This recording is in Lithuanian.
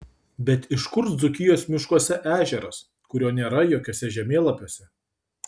bet iš kur dzūkijos miškuose ežeras kurio nėra jokiuose žemėlapiuose